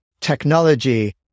technology